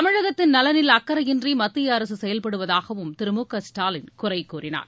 தமிழகத்தின் நலனில் அக்கறையின்றி மத்திய அரசு செயல்படுவதாகவும் திரு மு க ஸ்டாலின் குறை கூறினார்